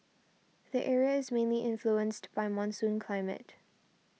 the area is mainly influenced by monsoon climate